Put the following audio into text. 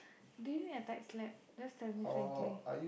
do you need a tight slap just tell me frankly